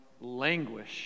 languish